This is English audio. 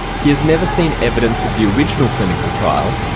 he has never seen evidence of the original clinical trial,